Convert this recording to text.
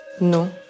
No